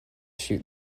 shoot